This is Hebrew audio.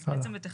אז בעצם את 1(א)